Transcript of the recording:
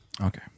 Okay